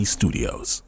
Studios